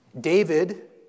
David